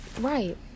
right